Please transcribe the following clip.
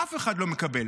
אף אחד לא מקבל.